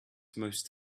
most